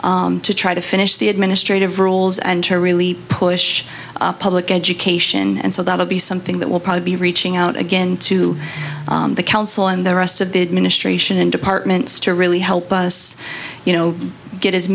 gap to try to finish the administrative roles and to really push public education and so that will be something that will probably be reaching out again to the council and the rest of the administration and departments to really help us you know get as